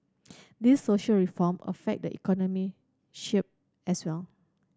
these social reform affect the economy shape as well